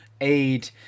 aid